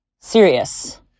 serious